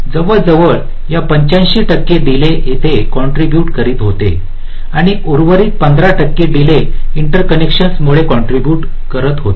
जवळजवळ या 85 टक्के डीले येथे काँट्रिब्युट करत होते आणि उर्वरित 15 टक्के डीले इंटरकनेक्शन मध्ये काँट्रिब्युट करत होते